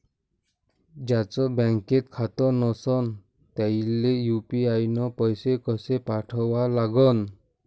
ज्याचं बँकेत खातं नसणं त्याईले यू.पी.आय न पैसे कसे पाठवा लागन?